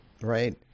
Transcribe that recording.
Right